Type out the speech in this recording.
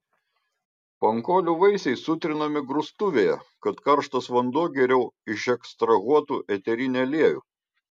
pankolių vaisiai sutrinami grūstuvėje kad karštas vanduo geriau išekstrahuotų eterinį aliejų